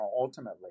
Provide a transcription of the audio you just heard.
ultimately